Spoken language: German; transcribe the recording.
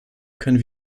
können